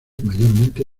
mayormente